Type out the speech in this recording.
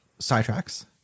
sidetracks